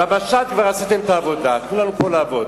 במשט כבר עשיתם את העבודה, תנו לנו פה לעבוד.